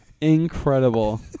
Incredible